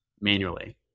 manually